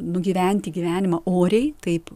nugyventi gyvenimą oriai taip